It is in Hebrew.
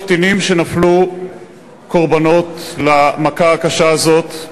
קטינים שנפלו קורבנות למכה הקשה הזאת,